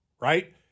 right